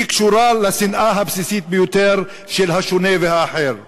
היא קשורה לשנאה הבסיסית ביותר של השונה והאחר.